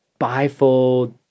bifold